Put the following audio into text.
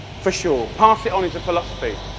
for sure, pass it on as a philosophy.